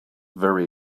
very